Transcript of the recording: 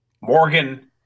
Morgan